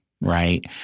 right